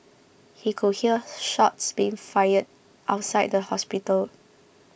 he could hear shots being fired outside the hospital